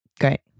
Great